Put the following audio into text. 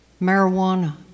Marijuana